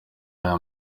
aya